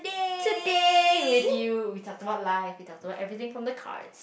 today with you we talked about life we talked about everything from the card